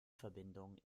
verbindung